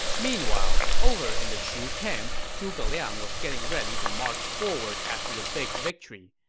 meanwhile, over in the shu camp, zhuge liang was getting ready to march forward after the big victory.